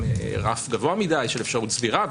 עם רף גבוה מדי של אפשרות צבירה,